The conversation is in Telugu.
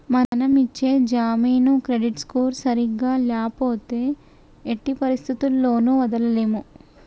మనం ఇచ్చే జామీను క్రెడిట్ స్కోర్ సరిగ్గా ల్యాపోతే ఎట్టి పరిస్థతుల్లోను వదలలేము